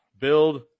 build